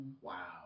Wow